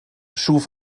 schuf